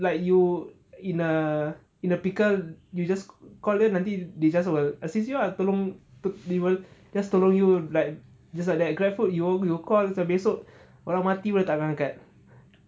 like you in a in a pickle you just call jer nanti they just will assist you ah tolong to~ deli~ just tolong you like just like that grabfood you call sampai besok pun dia orang tak angkat